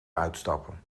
uitstappen